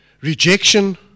Rejection